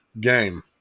game